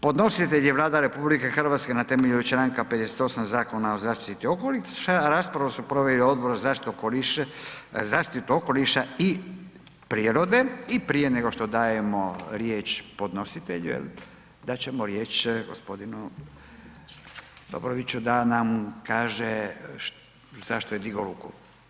Podnositelj je Vlada RH na temelju čl. 58 Zakona o zaštititi okoliša, raspravu su proveli Odbor za zaštitu okoliša i prirode i prije nego što dajemo riječ podnositelju, dat ćemo riječ g. Dobroviću da nam kaže zašto je digao ruku.